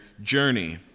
journey